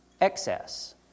excess